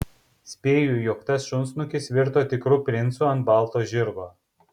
spėju jog tas šunsnukis virto tikru princu ant balto žirgo